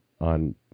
on